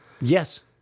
Yes